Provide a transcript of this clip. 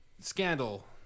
scandal